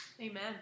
Amen